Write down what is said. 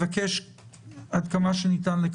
עד כמה שניתן,